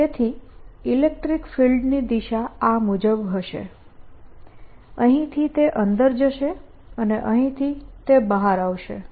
અને તેથી ઇલેક્ટ્રીક ફિલ્ડની દિશા આ મુજબ હશે અહીં થી તે અંદર જશે અને અહીંથી તે બહાર આવશે